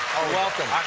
welcome.